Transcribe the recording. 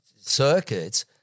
circuits